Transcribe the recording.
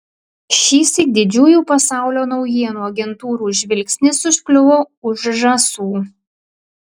šįsyk didžiųjų pasaulio naujienų agentūrų žvilgsnis užkliuvo už žąsų